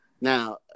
Now